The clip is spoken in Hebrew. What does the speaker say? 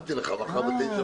סימנתי לך מחר בתשע וחצי.